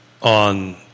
on